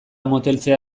moteltzea